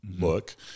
look